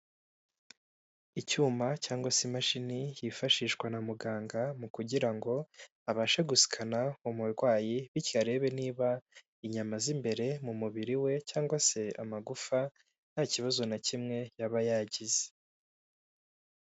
Icyuma cyangwa se imashini yifashishwa na muganga mu kugira ngo abashe gusikana umurwayi bityo arebe niba inyama z'imbere mu mubiri we cyangwa se amagufa nta kibazo na kimwe yaba yagize.